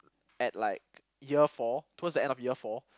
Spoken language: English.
at like year four towards the end of year four